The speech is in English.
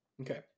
Okay